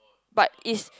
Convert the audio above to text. but is